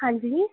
हांजी